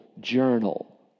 journal